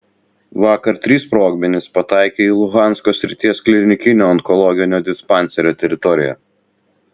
vakar trys sprogmenys pataikė į luhansko srities klinikinio onkologinio dispanserio teritoriją